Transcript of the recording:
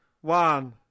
One